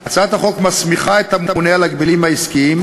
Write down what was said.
האזרחים ומקִלים על העסקים,